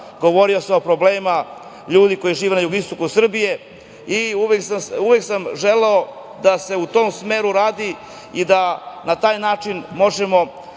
Govorio sam o problemima ljudi koji žive na jugoistoku Srbije i uvek sam želeo da se u tom smeru radi i da na taj način možemo